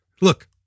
look